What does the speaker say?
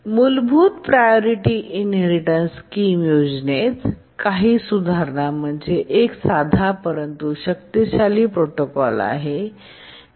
मूलभूत priority inheritance scheme योजनेत काही सुधारणा म्हणजे एक साधा परंतु शक्तिशाली प्रोटोकॉल आहे